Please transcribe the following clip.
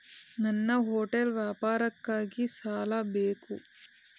ನನ್ನ ಹೋಟೆಲ್ ವ್ಯಾಪಾರಕ್ಕಾಗಿ ಸಾಲ ಬೇಕು